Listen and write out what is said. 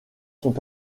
sont